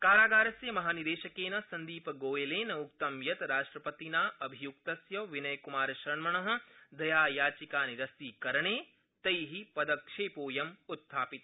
कारागारस्य महानिदेशकेन संदीपगोयलेनोक्तं यत् राष्ट्रपतिना अभियुक्तस्य विनयक्मारशर्मण दयायाचिकानिस्तीकरणे त पिदक्षेपोऽयम् उत्थापित